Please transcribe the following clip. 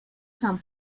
san